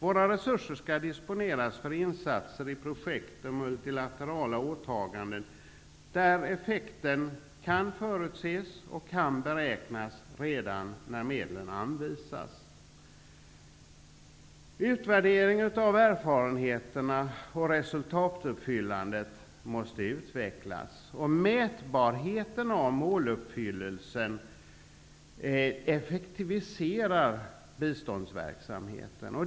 Våra resurser skall disponeras för insatser i fråga om projekt och multilaterala åtaganden där effekten kan förutses och kan beräknas redan när medlen anvisas. Utvärderingen av erfarenheterna och resultatuppfyllandet måste utvecklas. Mätbarheten beträffande måluppfyllelsen effektiviserar biståndsverksamheten.